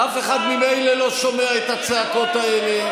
אף אחד ממילא לא שומע את הצעקות האלה.